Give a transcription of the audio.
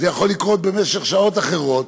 זה יכול לקרות בשעות אחרות,